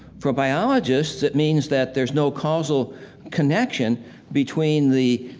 for biologists, it means that there's no causal connection between the,